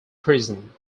prison